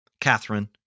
Catherine